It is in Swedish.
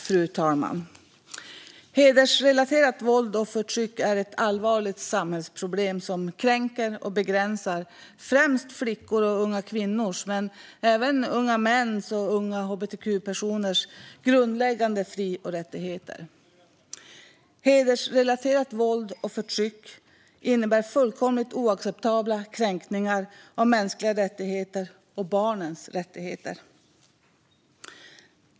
Fru talman! Hedersrelaterat våld och förtryck är ett allvarligt samhällsproblem som kränker och begränsar främst flickors och unga kvinnors men även unga mäns och unga hbtq-personers grundläggande fri och rättigheter. Hedersrelaterat våld och förtryck innebär fullkomligt oacceptabla kränkningar av mänskliga rättigheter och barnets rättigheter.